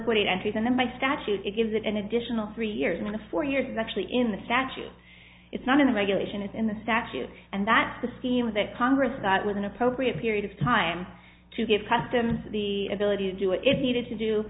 liquidate entries and then by statute it gives it an additional three years in the four years actually in the statute it's not in the regulation is in the statute and that's the scheme that congress that with an appropriate period of time to give customs the ability to do it it needed to do